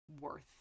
worth